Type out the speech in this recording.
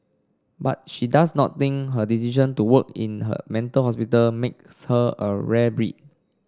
but she does not think her decision to work in her mental hospital makes her a rare breed